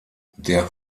der